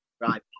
Right